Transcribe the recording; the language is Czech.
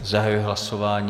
Zahajuji hlasování.